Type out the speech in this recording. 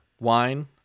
wine